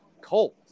cold